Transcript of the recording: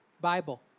Bible